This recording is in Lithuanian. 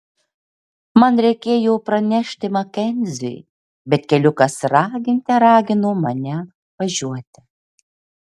man reikėjo pranešti makenziui bet keliukas raginte ragino mane važiuoti